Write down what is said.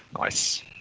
Nice